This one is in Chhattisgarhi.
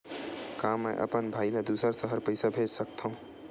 का मैं अपन भाई ल दुसर शहर पईसा भेज सकथव?